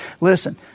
Listen